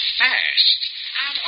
fast